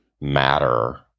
matter